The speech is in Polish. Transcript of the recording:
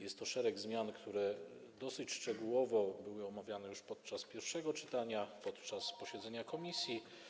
Jest to szereg zmian, które dosyć szczegółowo były omawiane już podczas pierwszego czytania, podczas posiedzenia komisji.